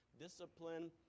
Discipline